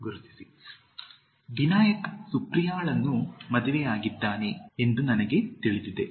4 ಬಿನಾಯಕ್ ಸುಪ್ರಿಯಾಳನ್ನು ಮದುವೆಯಾಗಿದ್ದಾನೆ ಎಂದು ನನಗೆ ತಿಳಿದಿದೆ